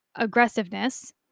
aggressiveness